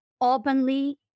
openly